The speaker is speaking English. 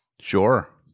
Sure